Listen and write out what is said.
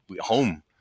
home